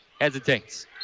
hesitates